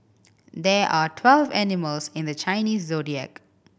there are twelve animals in the Chinese Zodiac